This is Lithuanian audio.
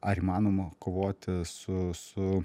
ar įmanoma kovoti su su